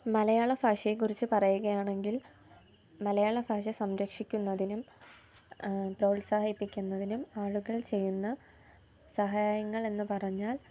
മലയാള ഭാഷയെക്കുറിച്ച് പറയുകയാണെങ്കിൽ മലയാള ഭാഷ സംരക്ഷിക്കുന്നതിനും പ്രോത്സാഹിപ്പിക്കുന്നതിനും ആളുകൾ ചെയ്യുന്ന സഹായങ്ങളെന്നു പറഞ്ഞാൽ